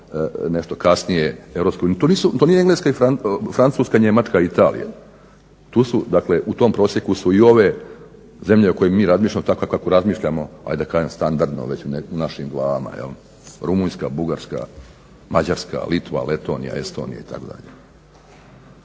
nešto kasnije EU. To nisu Engleska, Francuska, Njemačka i Italija tu su, dakle u tom prosjeku su i ove zemlje o kojima mi razmišljamo tako kako razmišljamo ajde da kažem standardno već u našim glavama jel', Rumunjska, Bugarska, Mađarska, Litva, Letonija, Estonija itd.